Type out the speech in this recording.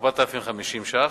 4,050 שקלים,